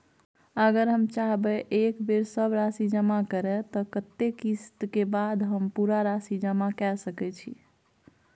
अगर हम चाहबे एक बेर सब राशि जमा करे त कत्ते किस्त के बाद हम पूरा राशि जमा के सके छि?